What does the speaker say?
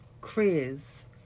Chris